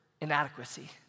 inadequacy